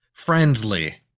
Friendly